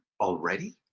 already